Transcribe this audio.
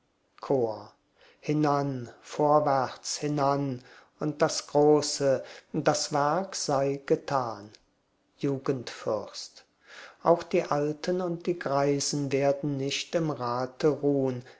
hinan vorwärts hinan und das große das werk sei getan jugendfürst auch die alten und die greisen werden nicht im rate ruhn